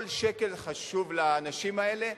כל שקל חשוב לאנשים האלה,